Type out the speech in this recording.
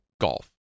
golf